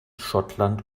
schottland